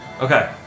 Okay